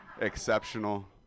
exceptional